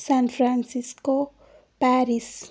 San Francisco Paris